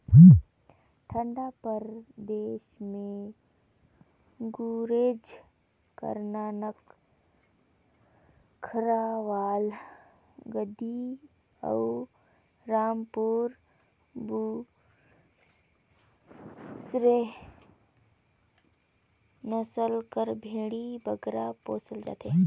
ठंडा परदेस में गुरेज, करना, नक्खरवाल, गद्दी अउ रामपुर बुसेर नसल कर भेंड़ी बगरा पोसल जाथे